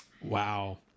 Wow